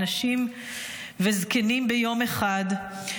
נשים וזקנים ביום אחד,